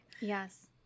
Yes